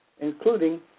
including